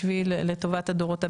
לטובת הדורות הבאים.